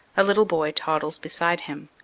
a little boy toddles beside him.